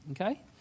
Okay